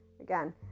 again